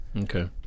Okay